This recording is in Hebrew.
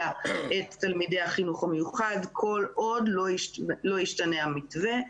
את תלמידי החינוך המיוחד כל עוד לא ישתנה המתווה.